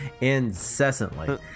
incessantly